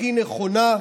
הכי נכונה.